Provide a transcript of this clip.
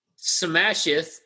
smasheth